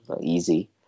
easy